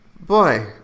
boy